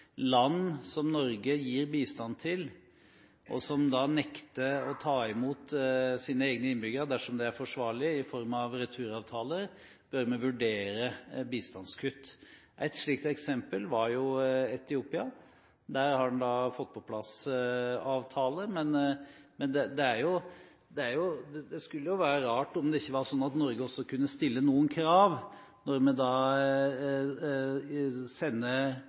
land som Norge gir bistand til, og som nekter å ta imot sine egne innbyggere, dersom det er forsvarlig, i form av returavtaler, bør vi vurdere bistandskutt. Et slikt eksempel var Etiopia. Der har man nå fått på plass en avtale, men det ville være rart om Norge ikke også skulle kunne stille noen krav, når vi sender